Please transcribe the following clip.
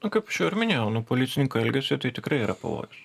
nu kaip aš jau ir minėjau nu policininko elgesio tai tikrai yra pavojus